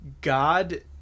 God